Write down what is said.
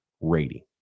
rating